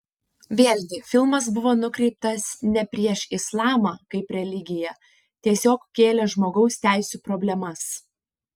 vėlgi filmas buvo nukreiptas ne prieš islamą kaip religiją tiesiog kėlė žmogaus teisių problemas